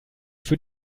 für